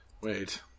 Wait